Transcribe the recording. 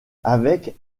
avec